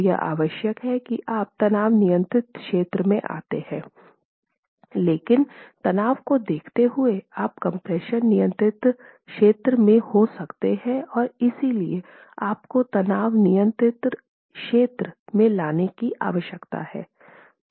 तो यह आवश्यक है कि आप तनाव नियंत्रित क्षेत्र में आते हैं लेकिन तनाव को देखते हुए आप कम्प्रेशन नियंत्रित क्षेत्र में हो सकते हैं और इसलिए आपको तनाव नियंत्रित क्षेत्र में लाने की आवश्यकता है